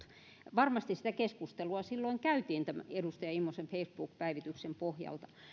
varmasti sitä keskustelua silloin käytiin edustaja immosen facebook päivityksen pohjalta